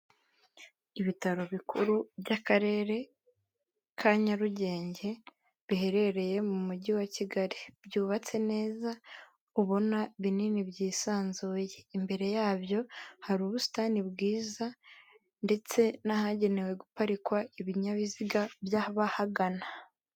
Ibitaro bikuru by'akarere ka Nyarugenge biherereye mu mujyi wa Kigali, byubatse neza ubona binini byisanzuye, imbere yabyo hari ubusitani bwiza ndetse n'ahagenewe guparikwa ibinyabiziga by'abahagana.